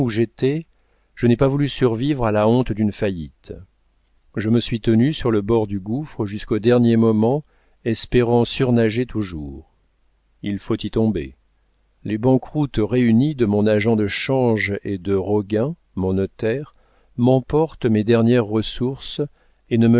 j'étais je n'ai pas voulu survivre à la honte d'une faillite je me suis tenu sur le bord du gouffre jusqu'au dernier moment espérant surnager toujours il faut y tomber les banqueroutes réunies de mon agent de change et de roguin mon notaire m'emportent mes dernières ressources et ne